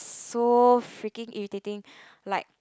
so freaking irritating like